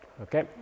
Okay